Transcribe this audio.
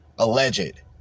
alleged